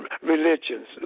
religions